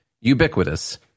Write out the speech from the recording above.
ubiquitous